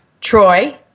Troy